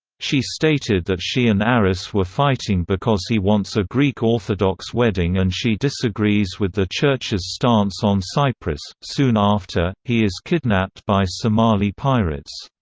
she stated that she and aris were fighting because he wants a greek orthodox wedding and she disagrees with the church's stance on cyprus soon after, he is kidnapped by somali pirates.